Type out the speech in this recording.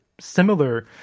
similar